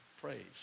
Praise